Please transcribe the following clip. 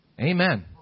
Amen